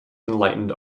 enlightened